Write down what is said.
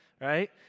right